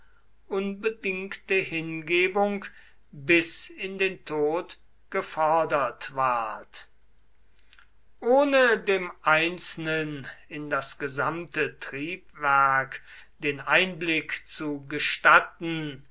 unbedingte hingebung bis in den tod gefordert ward ohne dem einzelnen in das gesamte triebwerk den einblick zu gestatten